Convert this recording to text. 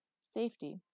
safety